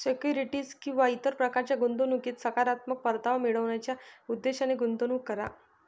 securities किंवा इतर प्रकारच्या गुंतवणुकीत सकारात्मक परतावा मिळवण्याच्या उद्देशाने गुंतवणूक करा